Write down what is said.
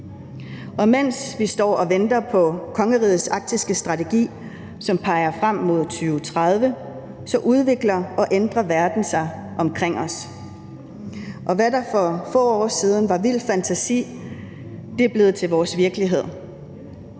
Og mens vi står og venter på kongerigets arktiske strategi, som peger frem mod 2030, så udvikler og ændrer verden sig omkring os, og hvad, der for få år siden var vild fantasi, er blevet til vores virkelighed.